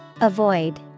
Avoid